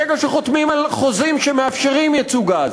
ברגע שחותמים על חוזים שמאפשרים ייצוא גז,